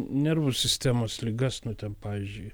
nervų sistemos ligas nu ten pavyzdžiui